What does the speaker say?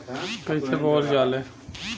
कईसे बोवल जाले?